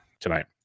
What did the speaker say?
tonight